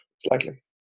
slightly